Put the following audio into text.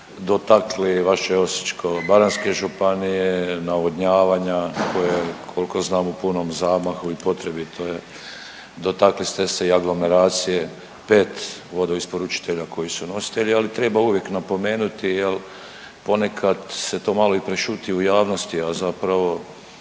dotakli vaše Osječko-baranjske županije, navodnjavanja koje koliko znam u punom zamahu i potrebito je, dotakli ste se i aglomeracije, pet vodoisporučitelja koji su nositelji, ali treba uvijek napomenuti ponekad se to malo i prešuti u javnosti, a zapravo